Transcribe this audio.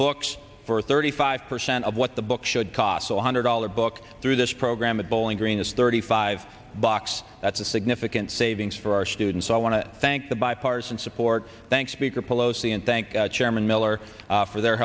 books for thirty five percent of what the book should cost one hundred dollars book through this program at bowling green it's thirty five bucks that's a significant savings for our students i want to thank the bipartisan support thanks speaker pelosi and thank chairman miller for their